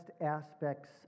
aspects